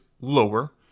lower